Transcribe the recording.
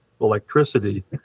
electricity